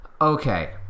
okay